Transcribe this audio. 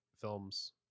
films